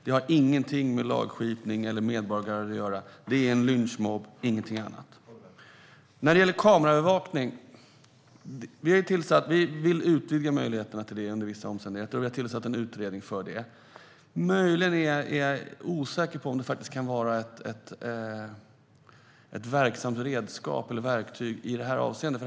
Det har ingenting med rättskipning eller medborgargarde att göra, det är en lynchmobb, ingenting annat. Vi vill utvidga möjligheterna till kameraövervakning under vissa omständigheter, och vi har tillsatt en utredning som ser över frågan. Jag är osäker på om det kan vara ett verksamt verktyg i det här avseendet.